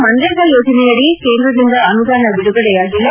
ಮನ್ರೇಗಾ ಯೋಜನೆಯಡಿ ಕೇಂದ್ರದಿಂದ ಅನುದಾನ ಬಿಡುಗಡೆಯಾಗಿಲ್ಲ